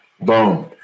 Boom